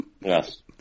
Yes